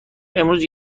امروز